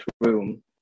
room